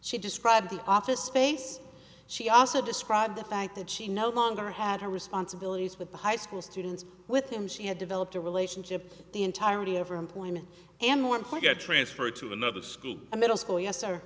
she described the office space she also described the fact that she no longer had her responsibilities with the high school students with him she had developed a relationship the entirety of her employment and one point i transferred to another school a middle school yes